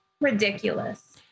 ridiculous